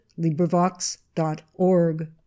LibriVox.org